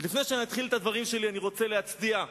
לפני שאני אתחיל את הדברים שלי אני רוצה להצדיע לאחי,